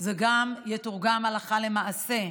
זה גם יתורגם הלכה למעשה.